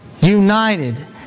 united